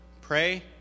Pray